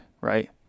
Right